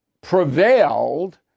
prevailed